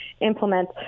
implement